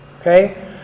okay